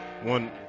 One